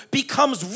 becomes